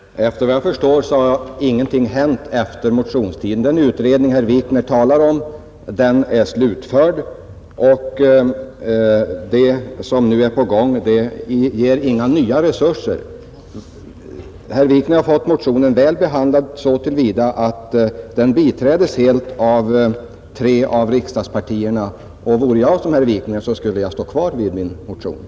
Herr talman! Efter vad jag förstår har ingenting hänt efter motionstidens utgång. Den utredning herr Wikner talar om är slutförd, och vad som nu är på gång ger inga nya resurser. Herr Wikner har fått sin motion väl behandlad så till vida att den biträdes helt av tre av riksdagspartierna. Vore jag i herr Wikners ställe skulle jag stå kvar vid motionen.